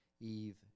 Eve